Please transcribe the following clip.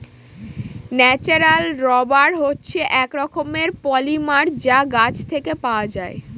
natural rubber হচ্ছে এক রকমের পলিমার যা গাছ থেকে পাওয়া যায়